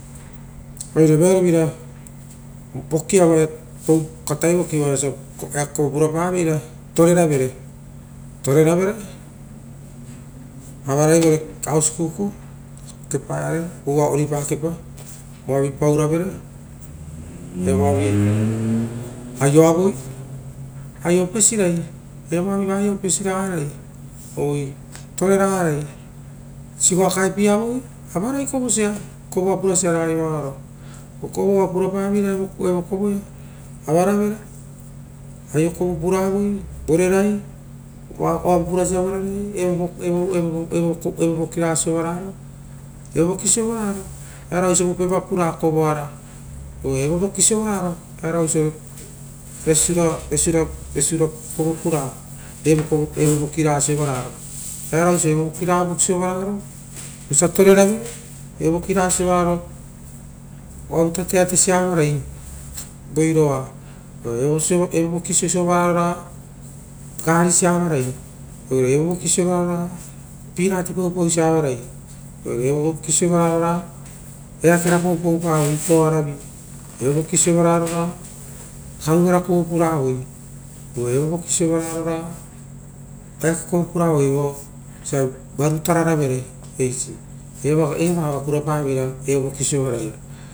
Oire vearo vira vokia vao ia katai voki vaoia vosa eake kovo pura paveira. Roreravere, tore ravere avarai vore aio oripa kepa voavi pauravere aioavere aio opesira evoa aio opesira gara toreragarai sigoa ouavere, kaepie avoi avarai kovosia. Kovoa pura sia ragai varo. Vokovo oa pura paveira evo kevo ia avaravere, aiokovo puraroi vorerei oavu purasia evo vokira ga sovavaroia evovia sovararo eara ga vosa vopera pura kovoara oo evo voia sovararo oaia oisio voresiura kovo pura evo vokiraga sovararo, earaga osa evo vokiaraga sovararo vosia toreravere evovokiraga sovararo oavu tateatesia avarai oiroa oo evovokiraga sovara roar garisia avarai oo evavoiaraa sovararo ia peanut paupausia avarai oire evo voki sovararo ragaia eakeva paupau pavoi itoo aravi evo voki sovararo ragaia karuvera kovo pureivoi, oo evo voki sovararo raga ia eake kovovi puravoi oisio varu teraravere, eisi eva oa purapaveira evovoki sovara ia.